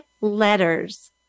letters